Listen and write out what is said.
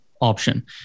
option